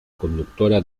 conductora